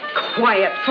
quiet